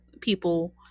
people